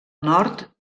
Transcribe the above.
nord